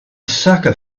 sucker